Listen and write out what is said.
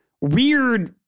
weird